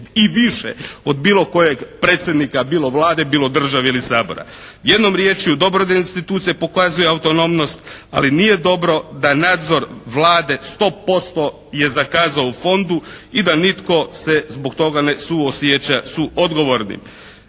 i više od bilo kojeg predsjednika, bilo Vlade, bilo države ili Sabora. Jednom riječju dobro je da institucija pokazuje autonomnost ali nije dobro da nadzor Vlade sto posto je zakazao u Fondu i da nitko se zbog toga ne suosjeća suodgovornim.